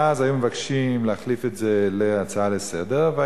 ואז היו מבקשים להחליף את זה להצעה לסדר-היום,